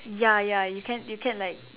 ya ya you can you can like